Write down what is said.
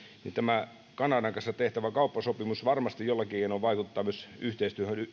niin tämä kanadan kanssa tehtävä kauppasopimus varmasti jollakin keinoin vaikuttaa myös yhteistyöhön